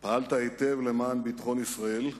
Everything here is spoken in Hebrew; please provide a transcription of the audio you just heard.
פעלת היטב למען ביטחון ישראל,